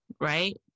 right